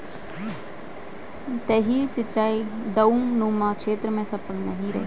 सतही सिंचाई ढवाऊनुमा क्षेत्र में सफल नहीं रहता है